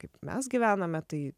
kaip mes gyvename tai